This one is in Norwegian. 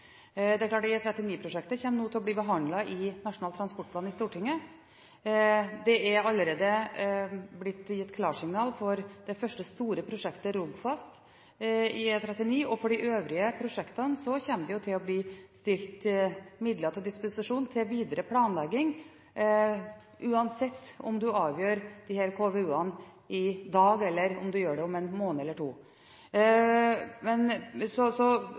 Det er klart at E39-prosjektet nå kommer til å bli behandlet i Stortinget i forbindelse med Nasjonal transportplan. Det er allerede blitt gitt klarsignal for det første store prosjektet i E39, Rogfast. For de øvrige prosjektene kommer det til å bli stilt midler til disposisjon til videre planlegging, uansett om en avgjør disse KVU-ene i dag, eller om en gjør det om en måned eller to.